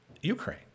Ukraine